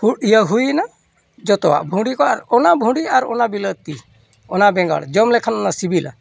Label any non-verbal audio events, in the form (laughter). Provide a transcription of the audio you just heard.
(unintelligible) ᱤᱭᱟᱹ ᱦᱩᱭᱮᱱᱟ ᱡᱚᱛᱚᱣᱟᱜ ᱵᱷᱩᱸᱰᱤ ᱠᱚ ᱟᱨ ᱚᱱᱟ ᱵᱷᱩᱸᱰᱤ ᱟᱨ ᱚᱱᱟ ᱵᱤᱞᱟᱹᱛᱤ ᱚᱱᱟ ᱵᱮᱸᱜᱟᱲ ᱡᱚᱢ ᱞᱮᱠᱷᱟᱱ ᱚᱱᱟ ᱥᱤᱵᱤᱞᱟ